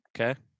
Okay